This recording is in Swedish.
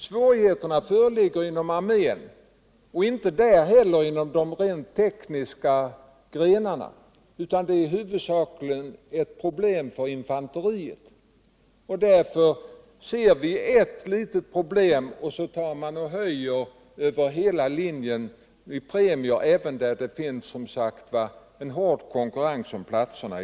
Svårigheterna föreligger inom armén, dock inte heller där inom de rent tekniska grenarna utan huvudsakligen inom infanteriet. Man ser alltså ett litet problem på en viss punkt men vill med anledning härav höja premierna över hela linjen, även där det i dag är en hård Premierna vid Premierna vid 180 konkurrens om platserna.